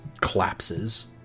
collapses